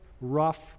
rough